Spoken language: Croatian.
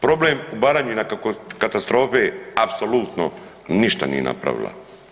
Problem u Baranji na katastrofe, apsolutno ništa nije napravila.